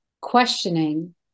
questioning